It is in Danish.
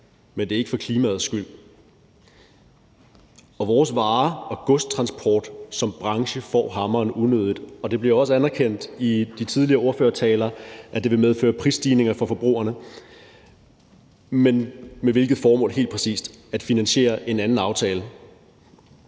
Men det er ikke for klimaets skyld. Vores varer og godstransporten som branche får hammeren unødigt, og det bliver også anerkendt i de tidligere ordførertaler, at det vil medføre prisstigninger for forbrugerne. Men med hvilket formål er det helt præcist? Det er at finansiere en anden aftale.